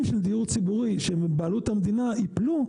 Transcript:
של דיור ציבורי שהם בבעלות המדינה ייפלו,